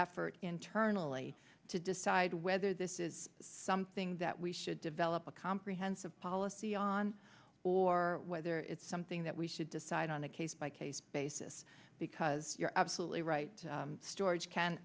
effort internally to decide whether this is something that we should develop a comprehensive policy on or whether it's something that we should decide on a case by case basis because you're absolutely right storage can